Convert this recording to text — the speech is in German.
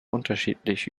unterschiedlich